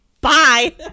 bye